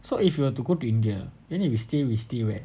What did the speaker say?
so if you were to go to india you need to stay we stay where